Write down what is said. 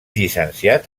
llicenciat